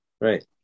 right